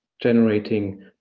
generating